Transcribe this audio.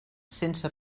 sense